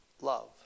Love